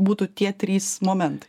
būtų tie trys momentai